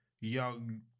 young